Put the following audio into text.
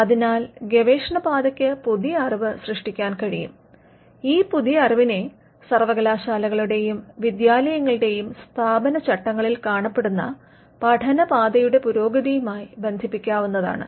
അതിനാൽ ഗവേഷണ പാതയ്ക്ക് പുതിയ അറിവ് സൃഷ്ടിക്കാൻ കഴിയും ഈ പുതിയ അറിവിനെ സർവ്വകലാശാലകളുടെയും വിദ്യാലയങ്ങളുടെയും സ്ഥാപനചട്ടങ്ങളിൽ കാണപ്പെടുന്ന പഠന പാതയുടെ പുരോഗതിയുമായി ബന്ധിപ്പിക്കാവുന്നതാണ്